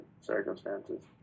circumstances